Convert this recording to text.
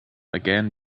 again